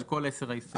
על כל עשר ההסתייגויות.